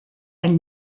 elle